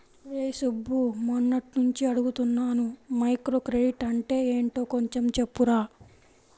రేయ్ సుబ్బు, మొన్నట్నుంచి అడుగుతున్నాను మైక్రోక్రెడిట్ అంటే యెంటో కొంచెం చెప్పురా